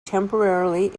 temporarily